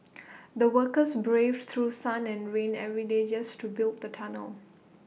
the workers braved through sun and rain every day just to build the tunnel